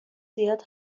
زیاد